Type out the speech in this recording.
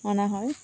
অনা হয়